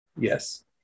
yes